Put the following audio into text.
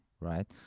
right